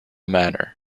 manner